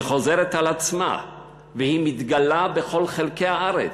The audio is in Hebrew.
היא חוזרת על עצמה והיא מתגלה בכל חלקי הארץ,